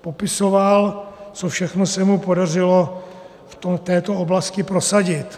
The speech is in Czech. Popisoval, co všechno se mu podařilo v této oblasti prosadit.